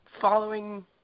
following